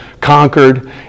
conquered